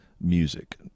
music